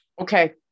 Okay